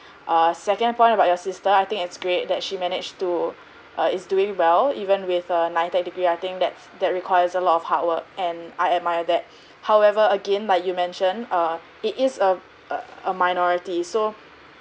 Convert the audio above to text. err second point about your sister I think it's great that she managed to uh is doing well even with a NITEC degree I think that's that requires a lot of hard work and I admire that however again like you mention err it is uh a a minority so